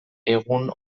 egun